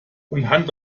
hand